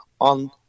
on